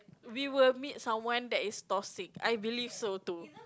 we will meet someone that is toxic I believe so too